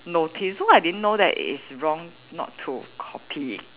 notice so I didn't know it is wrong not to copy